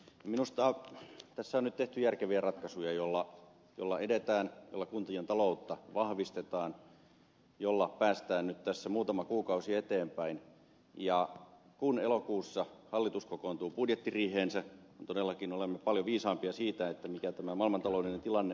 minusta tässä on nyt tehty järkeviä ratkaisuja joilla edetään joilla kuntien taloutta vahvistetaan joilla päästään nyt tässä muutama kuukausi eteenpäin ja kun elokuussa hallitus kokoontuu budjettiriiheensä me todellakin olemme paljon viisaampia siitä mikä tämä maailmantaloudellinen tilanne on